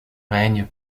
règne